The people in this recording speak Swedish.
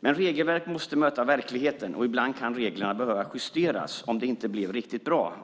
Regelverk måste möta verkligheten. Ibland kan reglerna behöva justeras om det inte blev riktigt bra.